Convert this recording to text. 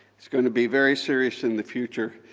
it's going to be very serious in the future.